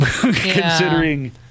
considering